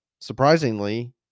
surprisingly